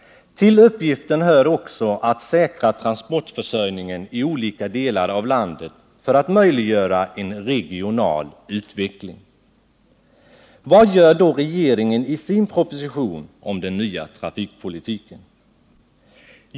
Till uppgiften hör också att säkra transportförsörjningen i olika delar av landet för att möjliggöra en regional utveckling. Vad gör då regeringen i sin proposition om den nya trafikpolitiken?